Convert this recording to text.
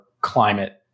climate